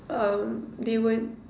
um they weren't